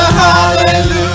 hallelujah